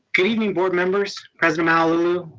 good evening board members, president malauulu,